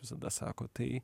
visada sako tai